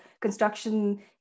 construction